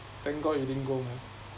thank god you didn't go man